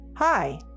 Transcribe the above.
Hi